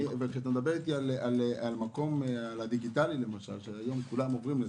אתה מדבר איתי על הדיגיטציה שהיום כולם עוברים.